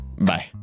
Bye